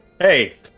Hey